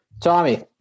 Tommy